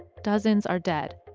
dozens are dead.